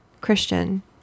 Christian